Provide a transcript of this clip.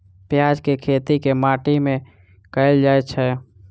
प्याज केँ खेती केँ माटि मे कैल जाएँ छैय?